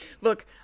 Look